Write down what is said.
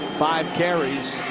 five carries,